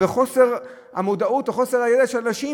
ובחוסר המודעות או חוסר הידע של אנשים,